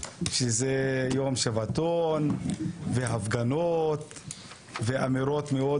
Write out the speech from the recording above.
בישראל, יום שבתון, יום של הפגנות ואמירות מאוד